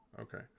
Okay